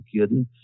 kidding